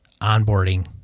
onboarding